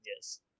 yes